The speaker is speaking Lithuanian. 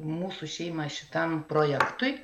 mūsų šeimą šitam projektui